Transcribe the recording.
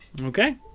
Okay